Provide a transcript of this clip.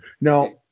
Now